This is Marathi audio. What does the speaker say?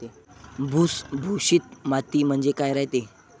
भुसभुशीत माती म्हणजे काय रायते?